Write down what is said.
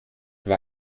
war